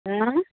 एँ